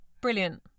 Brilliant